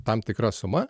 tam tikra suma